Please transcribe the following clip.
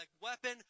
weapon